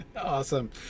Awesome